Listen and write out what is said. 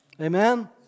Amen